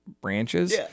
branches